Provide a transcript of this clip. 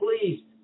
Please